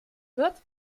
wird